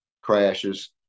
crashes